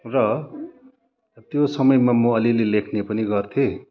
र त्यो समयमा म अलिअलि लेख्ने पनि गर्थेँ